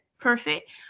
Perfect